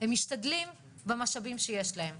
הם משתדלים במשאבים שיש להם.